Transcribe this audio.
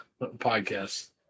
podcast